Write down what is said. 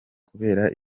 kubera